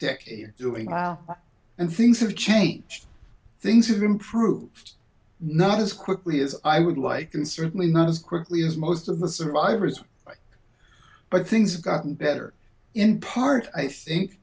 decade doing well and things have changed things have improved not as quickly as i would like and certainly not as quickly as most of the survivors but things have gotten better in part i think